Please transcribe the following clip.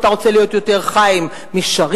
אתה רוצה להיות יותר חיים משריר,